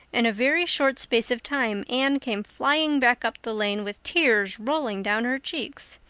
in a very short space of time anne came flying back up the lane with tears rolling down her cheeks.